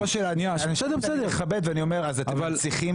לא, אבל כמו שאני מכבד ואני אומר, אז אתם צריכים